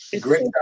great